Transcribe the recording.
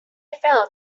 felt